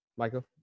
Michael